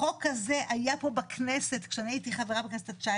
החוק הזה היה פה בכנסת כשהייתי חברה בכנסת ה-19.